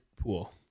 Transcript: pool